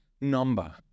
number